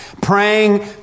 Praying